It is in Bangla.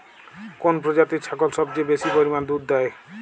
কোন প্রজাতির ছাগল সবচেয়ে বেশি পরিমাণ দুধ দেয়?